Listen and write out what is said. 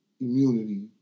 immunity